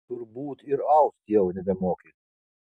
turbūt ir aust jau nebemoki